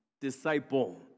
Disciple